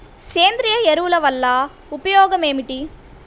సేంద్రీయ ఎరువుల వల్ల ఉపయోగమేమిటీ?